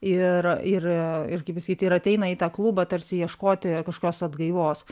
ir ir ir kaip pasakyti ir ateina į klubą tarsi ieškoti kažkokios atgaivos